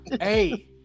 Hey